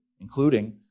including